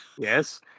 Yes